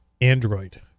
Android